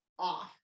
off